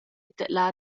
tedlar